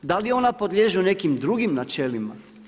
Da li ona podliježu nekim drugim načelima?